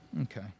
Okay